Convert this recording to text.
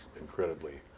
incredibly